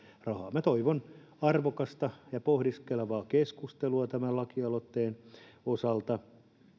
heikentää toivon arvokasta ja pohdiskelevaa keskustelua tämän kansalaisaloitteen osalta